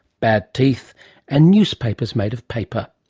bad teeth and newspapers made of paper.